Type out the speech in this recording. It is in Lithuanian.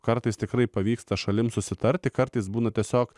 kartais tikrai pavyksta šalims susitarti kartais būna tiesiog